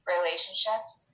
relationships